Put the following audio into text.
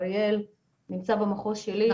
אריאל נמצא במחוז שלי.